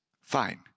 fine